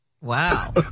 Wow